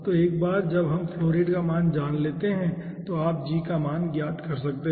तो एक बार जब हम फ्लो रेट का मान जान लेते हैं तो आप g का मान ज्ञात कर सकते हैं